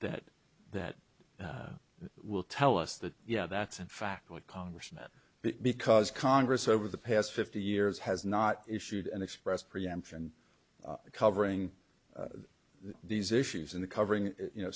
that that will tell us that yeah that's in fact what congressman because congress over the past fifty years has not issued and expressed preemption covering these issues in the covering you know